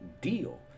deal